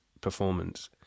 performance